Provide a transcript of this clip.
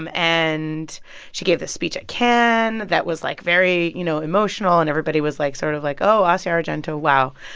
um and she gave the speech at cannes that was like very, you know, emotional. and everybody was like, sort of like, oh, asia ah so argento. wow.